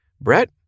Brett